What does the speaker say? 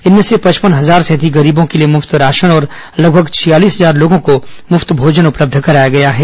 इनमें से पचपन हजार से अधिक गरीबों के लिए मुफ्त राशन और लगभग छियालीस हजार लोगों को मुफ्त भोजन उपलब्ध कराया गया है